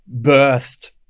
birthed